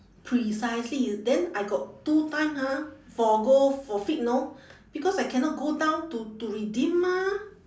precisely then I got two time ah forgo forfeit know because I cannot go down to to redeem mah